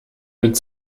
mit